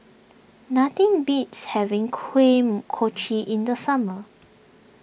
nothing beats having Kuih Kochi in the summer